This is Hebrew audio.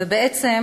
ובעצם